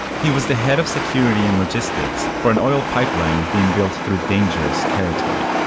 he was the head of security and logistics for an oil pipeline being built through dangerous territory.